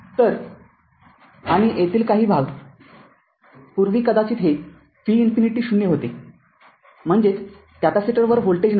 तर आणि येथील काही भाग पूर्वी कदाचित हे v इन्फिनिटी ० होते म्हणजेच कॅपेसिटरवर व्होल्टेज नाही